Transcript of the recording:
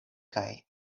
kaj